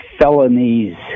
felonies